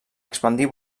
expandir